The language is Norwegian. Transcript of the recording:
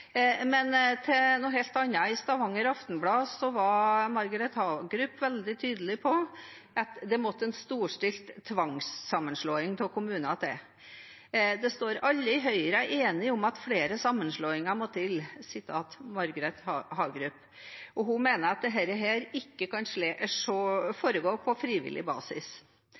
Men til noe helt annet: I Stavanger Aftenblad var Margret Hagerup veldig tydelig på at det måtte til en storstilt tvangssammenslåing av kommuner. Hun sier: ««Alle» i Høyre er enige om at flere sammenslåinger må til.» Og hun mener at dette ikke kan foregå på frivillig basis.